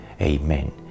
Amen